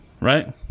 right